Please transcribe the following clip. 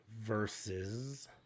versus